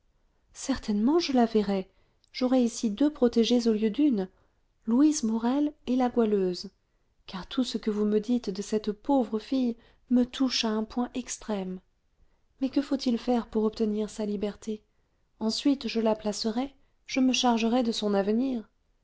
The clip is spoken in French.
certainement je la verrai j'aurai ici deux protégées au lieu d'une louise morel et la goualeuse car tout ce que vous me dites de cette pauvre fille me touche à un point extrême mais que faut-il faire pour obtenir sa liberté ensuite je la placerais je me chargerais de son avenir